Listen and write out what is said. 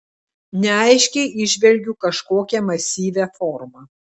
neaiškiai įžvelgiu kažkokią masyvią formą